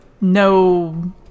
no